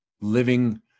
living